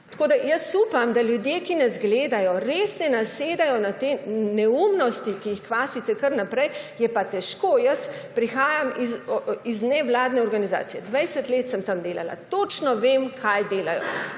povedati. Jaz upam, da ljudje, ki nas gledajo, res ne nasedajo na te neumnosti, ki jih kvasite kar naprej. Je pa težko. Jaz prihajam iz nevladne organizacije. 20 let sem tam delala, točno vem, kaj delajo.